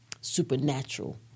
Supernatural